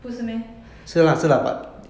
不是 meh